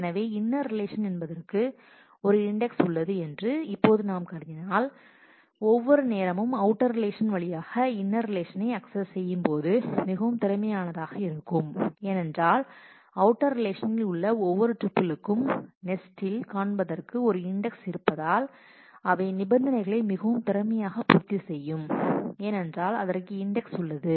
எனவே inner relation என்பதற்கு ஒரு இன்டெக்ஸ் உள்ளது என்று இப்போது நாம் கருதினால் ஒவ்வொரு நேரமும் அவுட்டர் ரிலேஷன் வழியாக இன்னர் ரிலேஷனை அக்சஸ் செய்யும் போது மிகவும் திறமை ஆனதாக இருக்கும் ஏனென்றால் அவுட்டர் ரிலேஷனில் உள்ள ஒவ்வொரு டூப்பிளுக்கும் நெஸ்டில் காண்பதற்கு ஒரு இண்டெக்ஸ் இருப்பதால் அவை நிபந்தனைகளை மிகவும் திறமையாக பூர்த்தி செய்யும் ஏனென்றால் அதற்கு இண்டெக்ஸ் உள்ளது